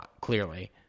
clearly